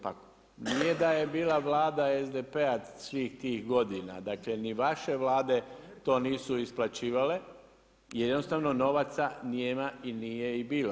Pa nije da je bila Vlada SDP-a svih tih godina, dakle ni vaše Vlade to nisu isplaćivale jer jednostavno novaca nema i nije ih bilo.